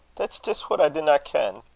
that's jist what i dinna ken.